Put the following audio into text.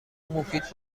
مفید